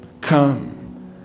come